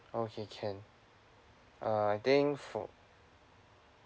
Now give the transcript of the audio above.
okay can err I think for